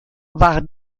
war